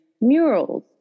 murals